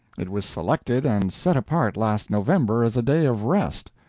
it was selected and set apart last november as a day of rest.